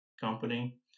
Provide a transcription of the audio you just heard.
company